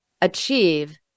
achieve